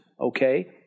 okay